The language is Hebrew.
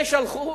ושלחו,